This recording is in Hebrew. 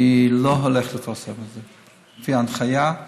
אני לא הולך לפרסם את זה, לפי ההנחיה,